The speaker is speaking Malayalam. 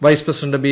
vice president B